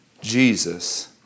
Jesus